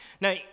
now